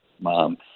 mom